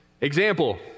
Example